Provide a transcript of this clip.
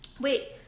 Wait